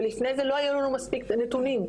ולפני זה לא היו לנו מספיק נתונים.